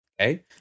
Okay